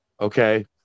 okay